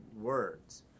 words